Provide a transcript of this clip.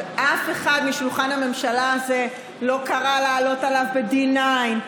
אבל אף אחד משולחן הממשלה הזה לא קרא לעלות עליו ב-D9,